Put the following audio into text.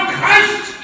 Christ